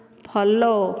follow